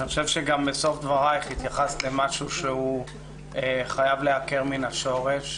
אני חושב שגם בסוף דברייך התייחסת למשהו שהוא חייב להיעקר מן השורש.